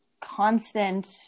constant